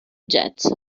jazz